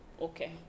Okay